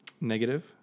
negative